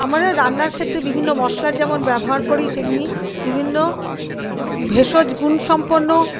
আমরা রান্নার ক্ষেত্রে বিভিন্ন মশলার যেমন ব্যবহার করি তেমনই বিভিন্ন ভেষজগুণ সম্পন্ন